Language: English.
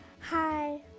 Hi